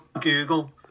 Google